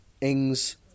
Ings